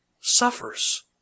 suffers